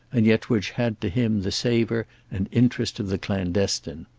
and yet which had to him the savor and interest of the clandestine.